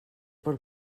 per